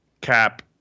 Cap